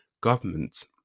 government